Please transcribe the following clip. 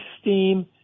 steam